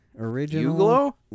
Original